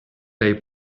lay